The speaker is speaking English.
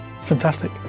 fantastic